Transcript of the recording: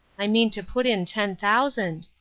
i mean to put in ten thousand.